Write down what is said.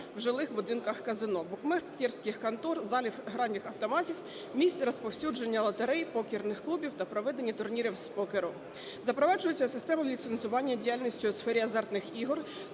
в жилих будинках казино, букмекерських контор, залів гральних автоматів, місце розповсюдження лотерей, покерних клубів та проведення турнірів з покеру. Запроваджується система ліцензування діяльності у сфері азартних ігор